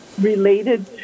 Related